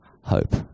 hope